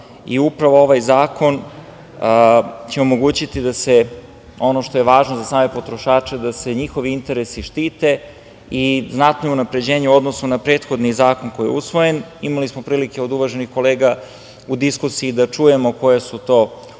građana. Upravo ovaj zakon će omogućiti da se ono što je važno za same potrošače, da se njihovi interesi štite i znatno je unapređenje u odnosu na prethodni zakon koji je usvojen. Imali smo prilike od uvaženih kolega u diskusiji da čujemo koja su to unapređenja. Ono